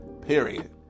period